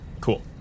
cool